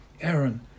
Aaron